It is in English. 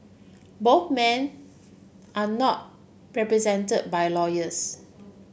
both men are not represented by lawyers